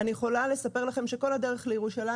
אני יכולה לספר לכם שכל הדרך לירושלים